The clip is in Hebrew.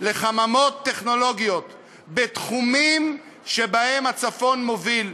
לחממות טכנולוגיות בתחומים שבהם הצפון מוביל.